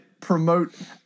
promote